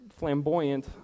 flamboyant